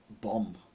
bomb